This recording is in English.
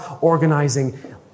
organizing